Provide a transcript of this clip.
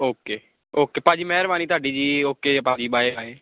okay okay ਭਾਅ ਜੀ ਮਿਹਰਬਾਨੀ ਤੁਹਾਡੀ ਜੀ ਓਕੇ ਭਾਅ ਜੀ ਬਾਏ ਬਾਏ